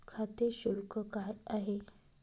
खाते शुल्क काय आहे?